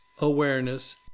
awareness